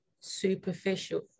superficial